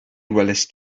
welaist